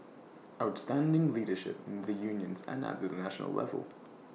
outstanding leadership needed in the unions and at the national level